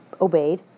obeyed